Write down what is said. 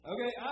Okay